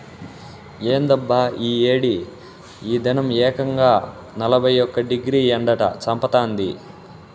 ఏందబ్బా ఈ ఏడి ఈ దినం ఏకంగా నలభై ఒక్క డిగ్రీ ఎండట చంపతాంది